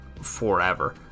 Forever